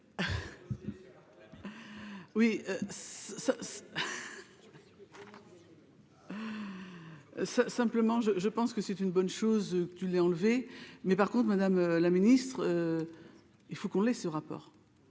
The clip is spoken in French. ça, simplement je, je pense que c'est une bonne chose que tu l'aies enlevé mais par contre, Madame la Ministre, il faut qu'on ait ce rapport